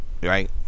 Right